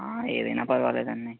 ఏదైనా పర్వాలేదండి